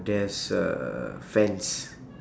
there's a fence